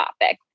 topic